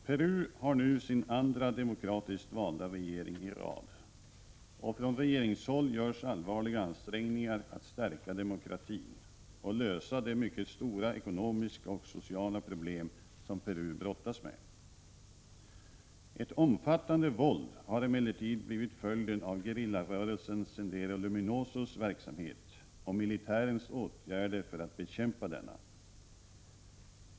Peru har nu sin andra demokratiskt valda regering i rad, och från regeringshåll görs allvarliga ansträngningar att stärka demokratin och lösa de mycket stora ekonomiska och sociala problem som Peru brottas med. Ett omfattande våld har emellertid blivit följden av gerillarörelsen Sendero Luminosos verksamhet och militärens åtgärder för att bekämpa denna.